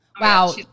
Wow